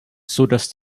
sodass